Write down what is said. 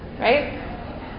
right